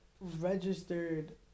registered